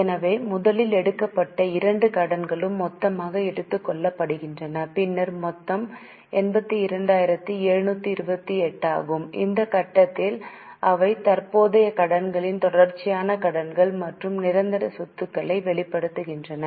எனவே முதலில் எடுக்கப்பட்ட இரண்டு கடன்களும் மொத்தமாக எடுத்துக் கொள்ளப்படுகின்றன பின்னர் மொத்தம் 82728 ஆகும் இந்த கட்டத்தில் அவை தற்போதைய கடன்களின் தொடர்ச்சியான கடன்கள் மற்றும் நிரந்தர சொத்துக்களை வெளிப்படுத்துகின்றன